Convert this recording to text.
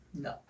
No